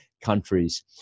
countries